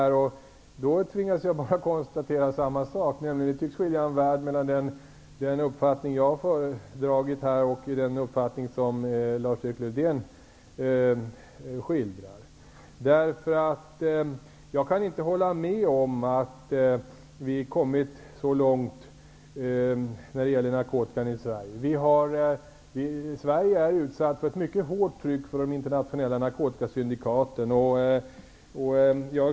Jag tvingas då konstatera att det tycks vara en värld som skiljer den verklighet som jag skildrar och den verklighet som Lars-Erik Lövdén skildrar. Jag kan nämligen inte hålla med om att vi kommit så långt när det gäller narkotikabekämpningen i Sverige. Sverige är utsatt för ett mycket hårt tryck från de internationella narkotikasyndikaten.